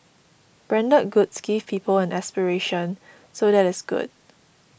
branded goods give people an aspiration so that is good